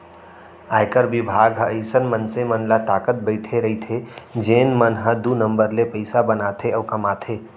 आयकर बिभाग ह अइसन मनसे मन ल ताकत बइठे रइथे जेन मन ह दू नंबर ले पइसा बनाथे अउ कमाथे